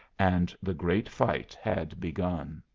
and the great fight had begun.